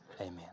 amen